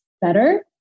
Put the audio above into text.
better